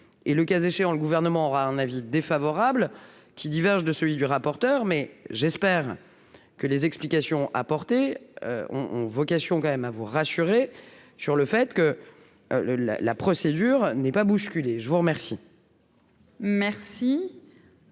et, le cas échéant, le gouvernement aura un avis défavorable qui diverge de celui du rapporteur, mais j'espère que les explications apportées ont ont vocation quand même à vous rassurer sur le fait que le la, la procédure n'est pas bousculé, je vous remercie. Merci